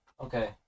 Okay